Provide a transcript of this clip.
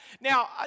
Now